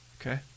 Okay